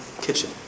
kitchen